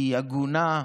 היא הגונה,